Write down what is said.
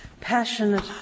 passionate